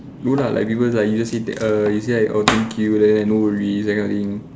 no lah like people like you just say err you say like thank you like that no worries that kind of thing